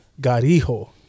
Garijo